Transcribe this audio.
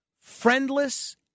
friendless